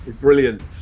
Brilliant